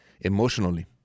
emotionally